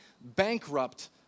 bankrupt